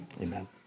Amen